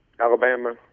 Alabama